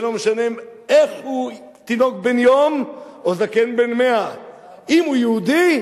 זה לא משנה אם הוא תינוק בן יום או זקן בן 100. אם הוא יהודי,